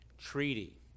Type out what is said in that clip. treaty